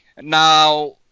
now